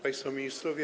Państwo Ministrowie!